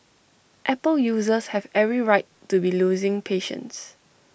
Apple users have every right to be losing patience